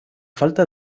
falta